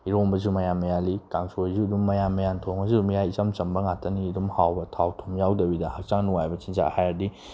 ꯏꯔꯣꯟꯕꯁꯨ ꯃꯌꯥꯜ ꯃꯌꯥꯜꯂꯤ ꯀꯥꯡꯁꯣꯏꯁꯨ ꯑꯗꯨꯝ ꯃꯌꯥꯜ ꯃꯌꯥꯜ ꯊꯣꯡꯉꯁꯨ ꯑꯗꯨꯝ ꯌꯥꯏ ꯏꯆꯝ ꯆꯝꯕ ꯉꯥꯇꯅꯤ ꯑꯗꯨꯝ ꯍꯥꯎꯕ ꯊꯥꯎ ꯊꯨꯝ ꯌꯥꯎꯗꯕꯤꯗ ꯍꯛꯆꯥꯡ ꯅꯨꯡꯉꯥꯏꯕ ꯆꯤꯟꯖꯥꯛ ꯍꯥꯏꯔꯗꯤ